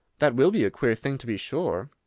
that will be a queer thing, to be sure!